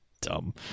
dumb